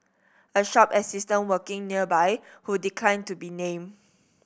a shop assistant working nearby who declined to be named